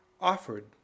offered